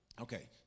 Okay